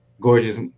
gorgeous